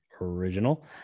original